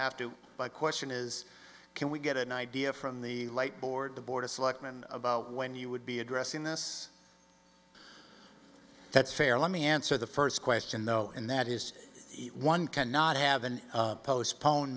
have to buy question is can we get an idea from the light board the board of selectmen about when you would be addressing the us that's fair let me answer the first question though and that is one cannot have an postpone